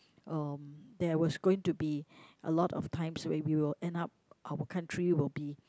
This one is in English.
um there was going to be a lot of times where we will end up our country will be